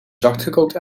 zachtgekookt